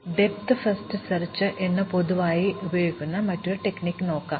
അതിനാൽ depth first സെർച്ച്എന്ന് പൊതുവായി ഉപയോഗിക്കുന്ന മറ്റ് തന്ത്രം നോക്കാം